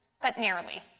but nearly.